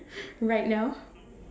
right now